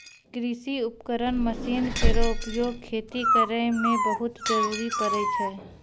कृषि उपकरण मसीन केरो उपयोग खेती करै मे बहुत जरूरी परै छै